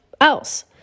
else